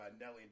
Nelly